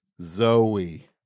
Zoe